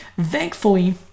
Thankfully